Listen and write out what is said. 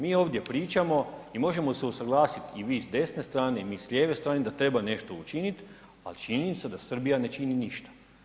MI ovdje pričamo i možemo se usuglasiti i vi s desne strane i mi sa lijeve strane ali treba nešto učiniti ali činjenica da Srbija ne čini ništa.